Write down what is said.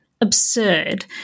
absurd